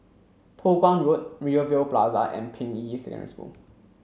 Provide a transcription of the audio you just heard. Toh Guan Road Rivervale Plaza and Ping Yi Secondary School